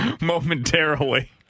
momentarily